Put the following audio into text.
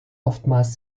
oftmals